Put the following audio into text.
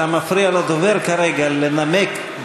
אתה מפריע לדובר כרגע לנמק,